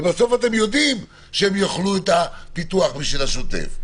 ובסוף אתם יודעים שהם יאכלו את הפיתוח בשביל השוטף,